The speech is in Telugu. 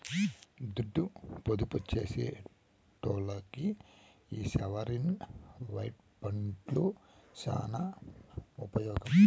దుడ్డు పొదుపు సేసెటోల్లకి ఈ సావరీన్ వెల్త్ ఫండ్లు సాన ఉపమోగం